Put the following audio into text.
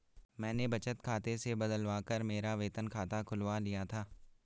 मैंने बचत खाते से बदलवा कर मेरा वेतन खाता खुलवा लिया था